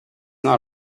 not